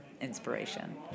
inspiration